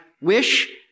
wish